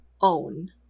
own